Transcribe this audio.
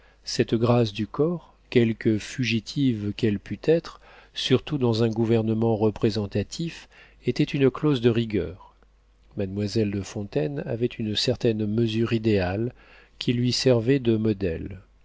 cette grâce du corps quelque fugitive qu'elle pût être surtout dans un gouvernement représentatif était une clause de rigueur mademoiselle de fontaine avait une certaine mesure idéale qui lui servait de modèle